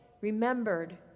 remembered